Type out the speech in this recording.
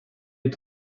est